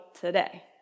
today